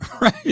right